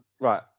Right